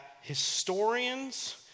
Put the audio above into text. historians